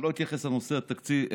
אני לא אתייחס לנושא התקציב,